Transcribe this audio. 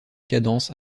cadence